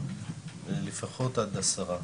לפחות עד עשרה.